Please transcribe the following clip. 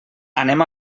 anem